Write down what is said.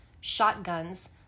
shotguns